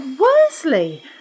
Worsley